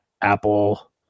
Apple